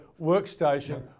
workstation